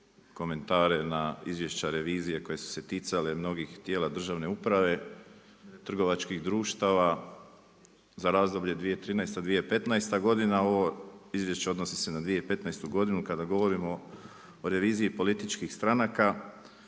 komentare na izvješća revizije koje su se ticale mnogih tijela državne uprave, trgovačkih društava za razdoblje 2013.-2015. godina. Ovo izvješće odnosi se na 2015. kada govorimo o reviziji političkih stranaka